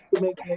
make